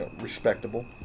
respectable